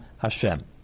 Hashem